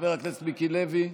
חבר הכנסת מיקי לוי,